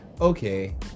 okay